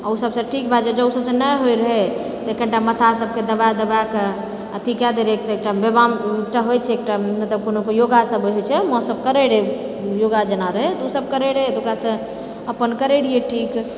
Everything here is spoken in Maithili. आ ओ सबसँ ठीक भए जाय रहै जऽ ओ सबसँ ठीक नहि हय रहै कनीटा मथा सबकेँ दबाए दबाए कऽ अथी कए दै रहै फेर व्यायाम एकटा होइत छै एकटा कोनो योगा सब होइत छै माँ सब करै रहै योगा जेना रहै तऽ ओ सब करै रहै तऽ ओकरासँ अपन करै रहियै ठीक